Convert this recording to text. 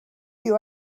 you